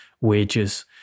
wages